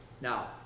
Now